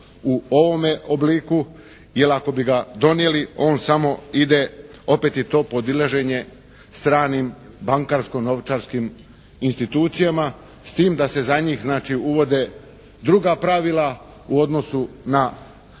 u ovome obliku jer ako bi ga donijeli on samo ide, opet je to podilaženje stranim bankarsko-novčarskim institucijama, s tim da se za njih znači uvode druga pravila u odnosu na domaće